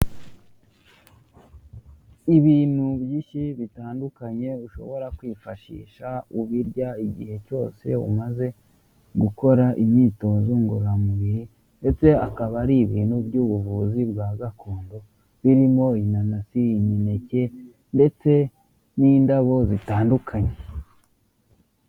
Ibintu byinshi bitandukanye ushobora kwifashisha ubirya igihe cyose umaze gukora imyitozo ngororamubiri ndetse akaba ari ibintu by'ubuvuzi bwa gakondo birimo inanasi, imeneke ndetse n'indabo zitandukanye.